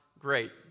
great